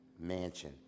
Mansion